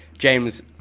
James